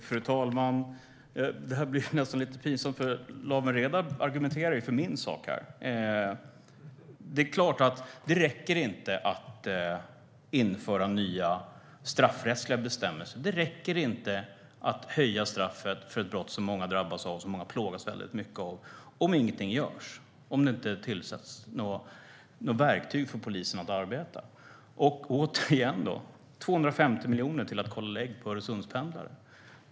Fru talman! Det blir nästan lite pinsamt, för Lawen Redar argumenterar ju för min sak. Det är klart att det inte räcker att införa nya straffrättsliga bestämmelser. Det räcker inte att höja straffet för ett brott som många drabbas av och som många plågas mycket av - om inget görs, om det inte kommer något verktyg för polisen att arbeta med. Återigen: Det är 250 miljoner för att kolla legg på Öresundspendlare.